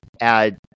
add